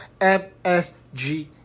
MSG